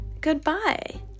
goodbye